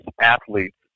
athletes